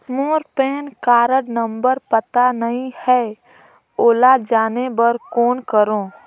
मोर PAN card नंबर पता नहीं है, ओला जाने बर कौन करो?